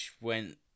went